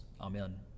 Amen